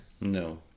No